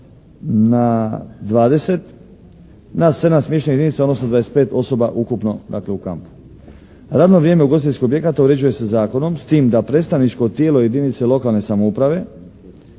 na sedam smještajnih jedinica odnosno dvadeset pet ukupno u kampu. Radno vrijeme ugostiteljskih objekata uređuje se zakonom s tim da predstavničko tijelo jedinica lokalne samouprave